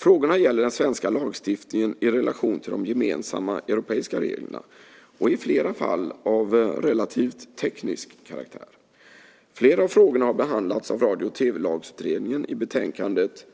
Frågorna gäller den svenska lagstiftningen i relation till de gemensamma europeiska reglerna och är i flera fall av relativt teknisk karaktär. Flera av frågorna har behandlats av Radio och tv-lagsutredningen i betänkandet